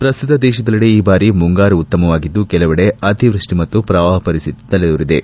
ಪ್ರಸ್ತುತ ದೇಶದೆಲ್ಲೆಡೆ ಈ ಬಾರಿ ಮುಂಗಾರು ಉತ್ತಮವಾಗಿದ್ದು ಕೆಲವೆಡೆ ಅತಿವೃಷ್ಟಿ ಮತ್ತು ಪ್ರವಾಹ ಪರಿಸ್ಥಿತಿ ತಲೆದೋರಿದೆ